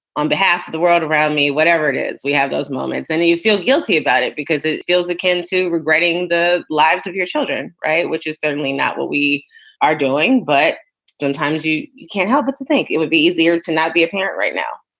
on behalf of the world around me, whatever it is, we have those moments and you feel guilty about it because it feels akin to regretting the lives of your children. right. which is certainly not what we are doing. but sometimes you you can't help but think it would be easier to not be a parent right now.